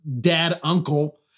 dad-uncle